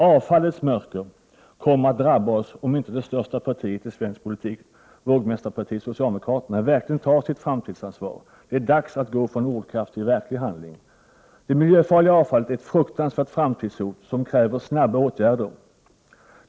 Avfallets mörker kommer att drabba oss, om inte det största partiet i svensk politik, vågmästarpartiet socialdemokraterna, verkligen tar sitt framtidsansvar. Det är dags att gå från ordkraft till verklig handling. Det miljöfarliga avfallet är ett fruktansvärt framtidshot som kräver snabba åtgärder.